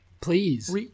Please